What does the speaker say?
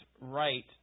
right